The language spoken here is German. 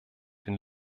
den